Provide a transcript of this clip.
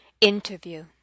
Interview